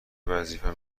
وظیفم